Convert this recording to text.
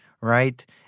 right